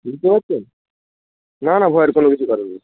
বুঝতে পারছেন না না ভয়ের কোনো কিছু কারণ নেই